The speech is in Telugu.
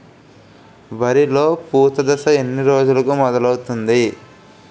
వరిలో పూత దశ ఎన్ని రోజులకు మొదలవుతుంది?